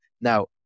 Now